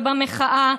ובמחאה,